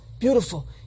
Beautiful